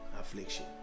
affliction